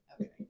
okay